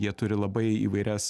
jie turi labai įvairias